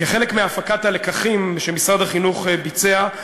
כחלק מהפקת הלקחים שמשרד החינוך ביצע,